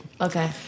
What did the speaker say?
Okay